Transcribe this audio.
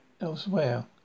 elsewhere